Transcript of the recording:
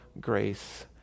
grace